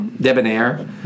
debonair